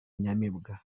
inyamibwa